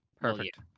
Perfect